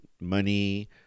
money